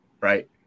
Right